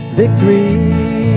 victory